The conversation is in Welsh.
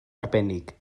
arbennig